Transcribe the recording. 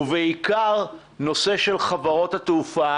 ובעיקר הנושא של חברות התעופה.